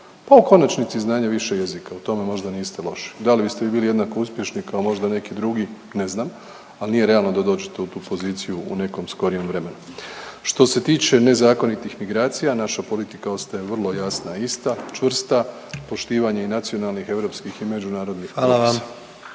pa u konačnici i znanje više jezika u tome možda niste loši. Da li biste vi bili jednako uspješni kao možda neki drugi, ne znam, ali nije realno da dođete u tu poziciju u nekom skorijem vremenu. Što se tiče nezakonitih migracija naša politika ostaje vrlo jasna i ista, čvrsta, poštivanje i nacionalnih europskih i međunarodnih propisa.